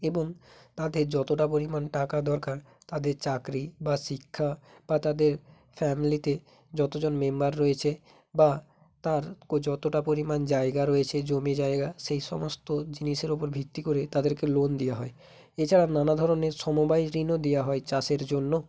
এবং তাদের যতোটা পরিমাণ টাকা দরকার তাদের চাকরি বা শিক্ষা বা তাদের ফ্যামিলিতে যতোজন মেম্বার রয়েছে বা তার কো যতোটা পরিমাণ জায়গা রয়েছে জমি জায়গা সেই সমস্ত জিনিসের ওপর ভিত্তি করে তাদেরকে লোন দেওয়া হয় এছাড়া নানা ধরনের সমবায় ঋণও দিয়া হয় চাষের জন্য